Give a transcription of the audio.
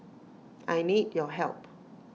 I need your help